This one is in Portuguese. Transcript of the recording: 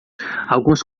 alguns